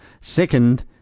Second